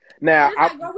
Now